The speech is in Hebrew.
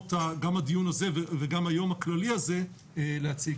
מיוזמות גם הדיון הזה וגם היום הכללי הזה, להציג.